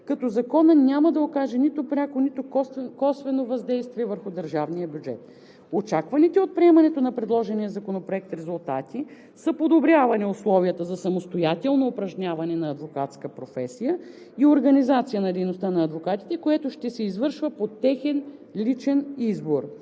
като Законът няма да окаже нито пряко, нито косвено въздействие върху държавния бюджет. Очакваните от приемането на предложения законопроект резултати са подобряване условията за самостоятелно упражняване на адвокатската професия и организация на дейността на адвокатите, което ще се извършва по техен личен избор.